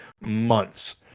months